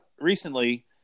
recently